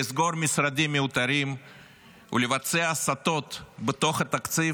לסגור משרדים מיותרים ולבצע הסטות בתוך התקציב,